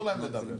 מה לתאם?